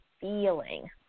feeling